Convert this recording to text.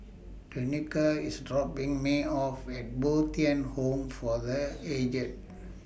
Danika IS dropping Me off At Bo Tien Home For The Aged